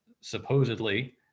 supposedly